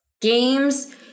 games